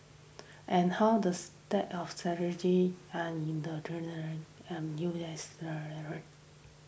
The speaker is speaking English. and how the of strategic and in the and U S